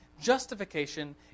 justification